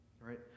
right